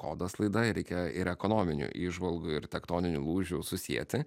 kodas laida ir reikia ir ekonominių įžvalgų ir tektoninių lūžių susieti